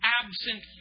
absent